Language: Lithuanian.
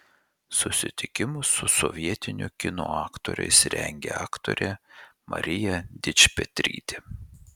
susitikimus su sovietinio kino aktoriais rengė aktorė marija dičpetrytė